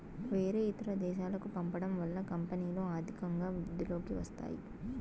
వేరే ఇతర దేశాలకు పంపడం వల్ల కంపెనీలో ఆర్థికంగా వృద్ధిలోకి వస్తాయి